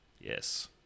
Yes